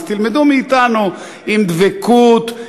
אז תלמדו מאתנו: עם דבקות,